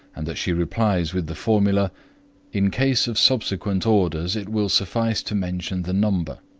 and that she replies with the formula in case of subsequent orders it will suffice to mention the number.